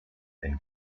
than